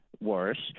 worse